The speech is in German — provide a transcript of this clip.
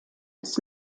des